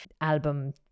album